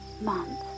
month